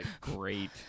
great